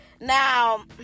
Now